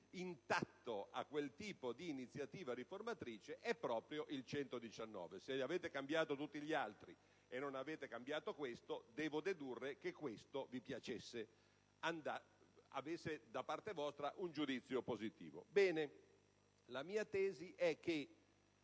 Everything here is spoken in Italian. intatto a quel tipo di iniziativa riformatrice è proprio l'articolo 119: se avete modificato tutti gli altri e non avete cambiato questo, devo dedurre che vi piacesse, che avesse da parte vostra un giudizio positivo. Ebbene, la mia tesi è che